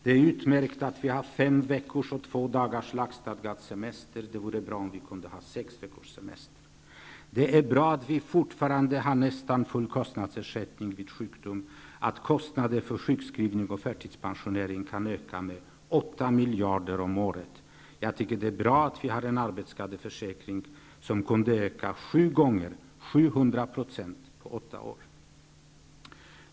Det är utmärkt att vi har fem veckor och två dagars lagstadgad semester. Det vore bra om vi kunde ha sex veckors semester. Det är bra att vi fortfarande har nästan full kostnadsersättning vid sjukdom, att kostnaden för sjukskrivning och förtidspensionering kan öka med 8 miljarder om året. Jag tycker att det är bra att vi har en arbetsskadeförsäkring som kunde sjudubblas, alltså öka med 700 % på åtta år.